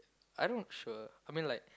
I don't sure I mean like